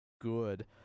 good